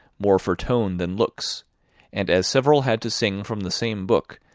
more for tone than looks and as several had to sing from the same book,